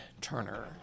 Turner